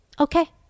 Okay